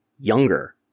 younger